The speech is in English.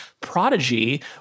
Prodigy